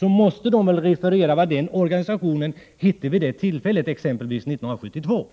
i tiden, måste man ju ange vad organisationen hette vid det tillfället, t.ex. 1972.